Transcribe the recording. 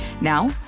Now